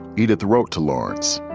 edith wrote to lawrence,